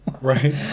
Right